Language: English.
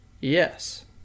Yes